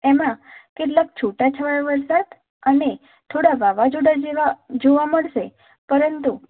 એમાં કેટલાક છૂટા છવાયા વરસાદ અને થોડા વાવાઝોડાં જેવા જોવાં મળશે પરંતુ